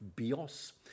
bios